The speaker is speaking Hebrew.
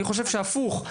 אני חושב שהפוך,